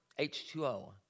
H2O